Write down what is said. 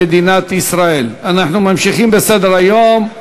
ממשיכים בסדר-היום.